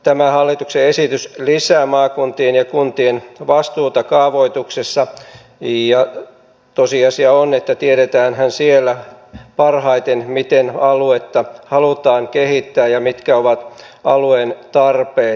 tämä hallituksen esitys lisää maakuntien ja kuntien vastuuta kaavoituksessa ja tosiasia on että tiedetäänhän siellä parhaiten miten aluetta halutaan kehittää ja mitkä ovat alueen tarpeet